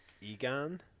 Egon